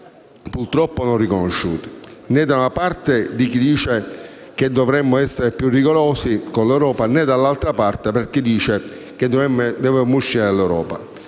purtroppo non riconosciuti né - da una parte - da chi ci dice che dovremmo essere più rigorosi con l'Europa, né - dall'altra - da chi ci dice che dovremmo uscire dall'Europa.